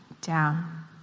down